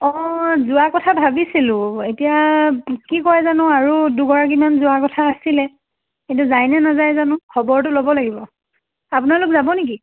অ' যোৱা কথা ভাবিছিলোঁ এতিয়া কি কৰে জানো আৰু দুগৰাকীমান যোৱাৰ কথা আছিলে কিন্তু যায় নে নাযায় জানো খবৰটো ল'ব লাগিব আপোনালোক যাব নেকি